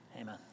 Amen